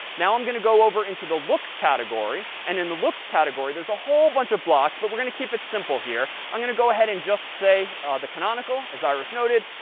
now i'm going to go over into the looks category. and in the looks category, there's a whole bunch of blocks. but we're going to keep it simple here. i'm going to go ahead and just say the canonical, as iris noted,